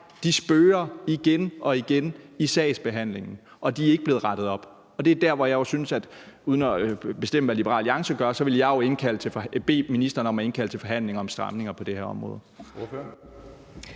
fejl spøger igen og igen i sagsbehandlingen, og de er ikke blevet rettet op. Det er der, hvor jeg jo synes – uden at ville bestemme, hvad Liberal Alliance gør – at man skulle bede ministeren om at indkalde til forhandlinger om stramninger på det her område.